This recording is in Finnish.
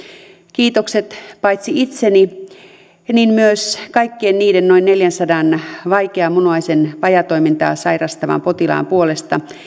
kiitokset paitsi itseni myös kaikkien niiden noin neljänsadan vaikeaa munuaisen vajaatoimintaa sairastavan potilaan puolesta